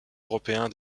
européen